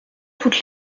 toutes